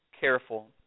careful